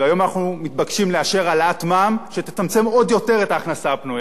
והיום אנחנו מתבקשים לאשר העלאת מע"מ שתצמצם עוד יותר את ההכנסה הפנויה.